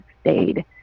stayed